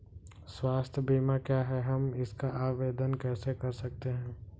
स्वास्थ्य बीमा क्या है हम इसका आवेदन कैसे कर सकते हैं?